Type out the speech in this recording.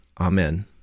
Amen